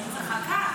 היא צחקה,